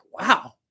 wow